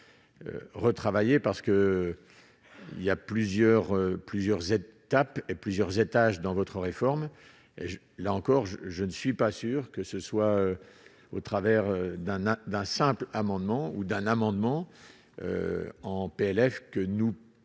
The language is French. d'abord retravaillé parce que il y a plusieurs plusieurs étapes et plusieurs étages dans votre réforme, et là encore, je ne suis pas sûr que ce soit au travers d'un an d'un simple amendement ou d'un amendement en PLF que nous pouvons,